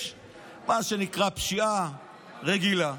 יש מה שנקרא פשיעה רגילה,